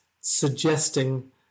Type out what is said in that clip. suggesting